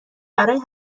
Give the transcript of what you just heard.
برای